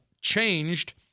changed